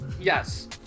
Yes